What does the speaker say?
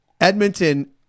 Edmonton